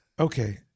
Okay